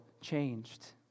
changed